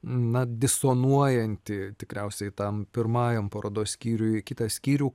na disonuojantį tikriausiai tam pirmajam parodos skyriui kitą skyrių